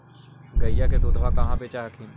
गईया के दूधबा कहा बेच हखिन?